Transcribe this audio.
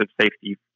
safety